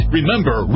Remember